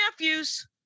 nephews